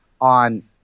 on